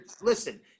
Listen